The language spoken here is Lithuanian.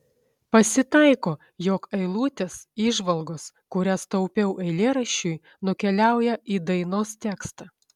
pasitaiko jog eilutės įžvalgos kurias taupiau eilėraščiui nukeliauja į dainos tekstą